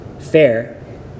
Fair